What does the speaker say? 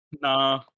Nah